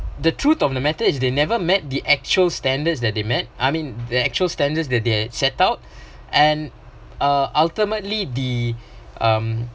the truth of the matter is they never met the actual standards that they met I mean the actual standards that they've set up and uh ultimately the um